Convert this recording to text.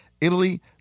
Italy